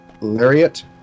Lariat